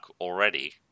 already